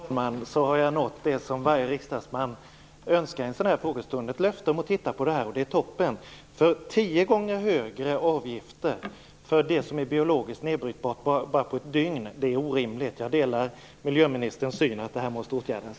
Fru talman! Då har jag fått det som varje riksdagsman önskar i en sådan här frågestund, nämligen ett löfte om att titta på det här. Det är toppen. Tio gånger högre avgifter för det som är biologiskt nedbrytbart bara på ett dygn är orimligt. Jag delar miljöministerns syn att det här måste åtgärdas.